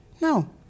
No